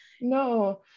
No